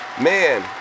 Man